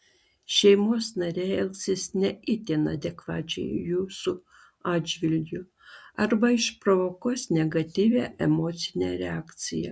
šeimos nariai elgsis ne itin adekvačiai jūsų atžvilgiu arba išprovokuos negatyvią emocinę reakciją